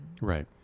Right